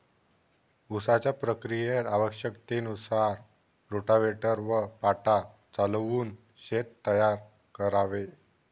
उसाच्या प्रक्रियेत आवश्यकतेनुसार रोटाव्हेटर व पाटा चालवून शेत तयार करावे